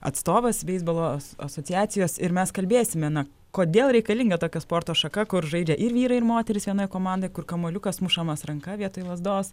atstovas beisbolo asociacijos ir mes kalbėsime na kodėl reikalinga tokia sporto šaka kur žaidžia ir vyrai ir moterys vienoj komandoj kur kamuoliukas mušamas ranka vietoj lazdos